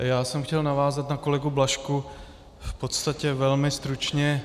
Já jsem chtěl navázat na kolegu Blažka v podstatě velmi stručně.